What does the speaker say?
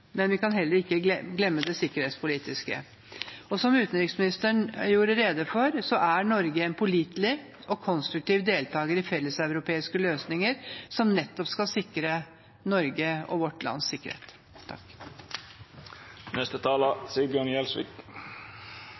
men vi kan heller ikke glemme det sikkerhetspolitiske området. Som utenriksministeren gjorde rede for, er Norge en pålitelig og konstruktiv deltaker i felleseuropeiske løsninger som skal sikre vårt lands sikkerhet.